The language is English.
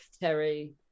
Terry